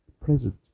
present